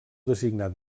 designat